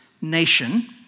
nation